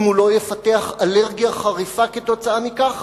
אם הוא לא יפתח אלרגיה חריפה כתוצאה מכך,